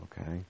okay